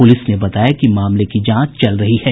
police ने बताया कि मामले की जांच की जा रही है